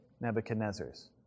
Nebuchadnezzar's